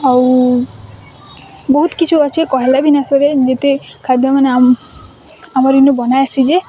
ଆଉ ବୋହୁତ୍ କିଛୁ ଅଛି କହିଲେ ବି ନା ସରେ ଯେତେ ଖାଦ୍ୟମାନେ ଆମର ଇନୁ ବନାହେସି ଯେ